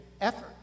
effort